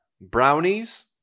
brownies